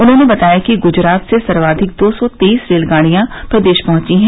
उन्होंने बताया कि गुजरात से सर्वाधिक दो सौ तेईस रेलगाड़ियां प्रदेश पहुंची हैं